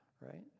Right